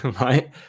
right